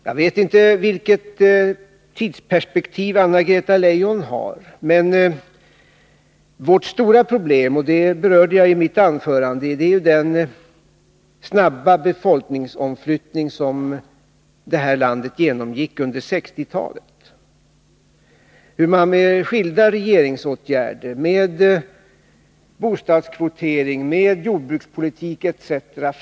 Jag vet inte vilket tidsperspektiv Anna-Greta Leijon har, men vårt stora problem är — och det berörde jag i mitt tidigare anförande — den snabba befolkningsomflyttning som pågick i det här landet under 1960-talet. Med skilda regeringsåtgärder — bostadskvotering, jordbrukspolitik etc.